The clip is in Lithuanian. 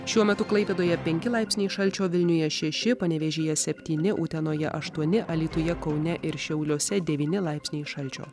šiuo metu klaipėdoje penki laipsniai šalčio vilniuje šeši panevėžyje septyni utenoje aštuoni alytuje kaune ir šiauliuose devyni laipsniai šalčio